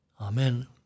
Amen